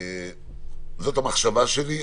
זאת המחשבה שלי.